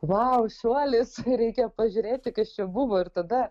vau šuolis reikia pažiūrėti kas čia buvo ir tada